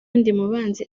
ndimubanzi